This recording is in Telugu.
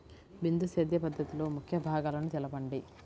బిందు సేద్య పద్ధతిలో ముఖ్య భాగాలను తెలుపండి?